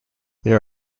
there